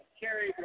carry